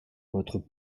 votre